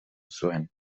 zuen